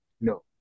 No